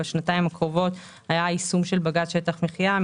שנתיים הקרובות היה יישום בג"ץ שטח מחיה.